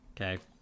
Okay